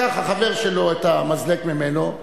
לקח החבר שלו את המזלג ממנו,